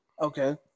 Okay